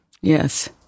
Yes